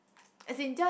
as in just